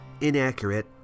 inaccurate